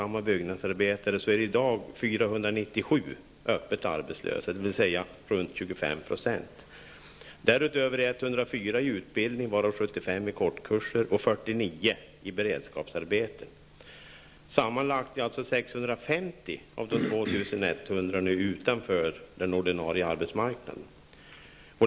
Av länets 2 100 öppet arbetslösa, dvs. ca 25 %. Därutöver är 104 i utbildning varav 75 i kortkurser och 49 i beredskapsarbete. Sammanlagt är alltså 650 av 2 100 byggnadsarbetare nu utanför den ordinarie arbetsmarknaden.